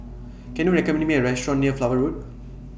Can YOU recommend Me A Restaurant near Flower Road